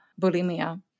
bulimia